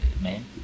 man